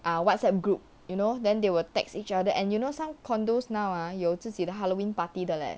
ah whatsapp group you know then they will text each other and you know some condos now ah 有自己的 halloween party 的 leh